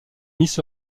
miss